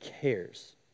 cares